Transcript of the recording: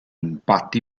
impatti